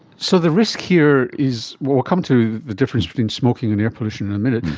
so the risk here is, we'll come to the difference between smoking and air pollution in a minute.